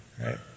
right